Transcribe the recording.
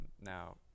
Now